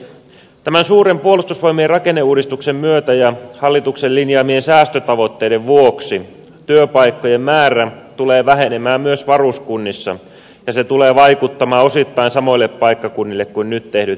tämän suuren puolustusvoimien rakenneuudistuksen myötä ja hallituksen linjaamien säästötavoitteiden vuoksi työpaikkojen määrä tulee vähenemään myös varuskunnissa ja se tulee vaikuttamaan osittain samoille paikkakunnille kuin nyt tehdyt räjähde alan leikkaukset